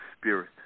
spirit